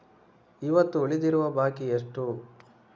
ಇವತ್ತು ಉಳಿದಿರುವ ಬಾಕಿ ಎಷ್ಟು?